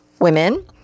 women